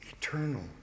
Eternal